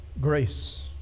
grace